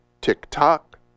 tick-tock